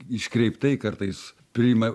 iškreiptai kartais priima